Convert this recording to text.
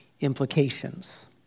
implications